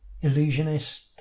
Illusionist